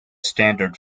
standard